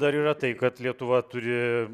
dar yra tai kad lietuva turi